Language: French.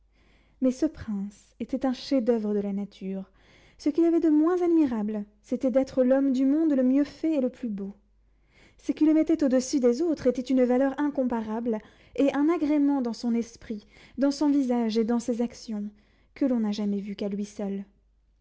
mais ce prince était un chef-d'oeuvre de la nature ce qu'il avait de moins admirable était d'être l'homme du monde le mieux fait et le plus beau ce qui le mettait au-dessus des autres était une valeur incomparable et un agrément dans son esprit dans son visage et dans ses actions que l'on n'a jamais vu qu'à lui seul